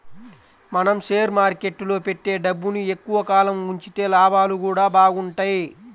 మనం షేర్ మార్కెట్టులో పెట్టే డబ్బుని ఎక్కువ కాలం ఉంచితే లాభాలు గూడా బాగుంటయ్